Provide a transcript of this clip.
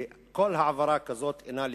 כל העברה כזאת אינה לגיטימית,